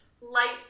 light